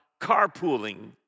carpooling